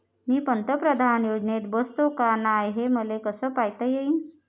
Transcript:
मी पंतप्रधान योजनेत बसतो का नाय, हे मले कस पायता येईन?